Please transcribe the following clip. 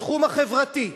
בתחום החברתי,